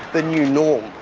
the new norm.